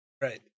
right